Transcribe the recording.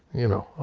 you know, oh